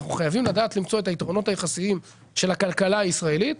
אנחנו חייבים לדעת למצוא את היתרונות היחסיים של הכלכלה הישראלית,